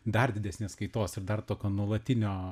dar didesnės kaitos ir dar tokio nuolatinio